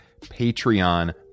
Patreon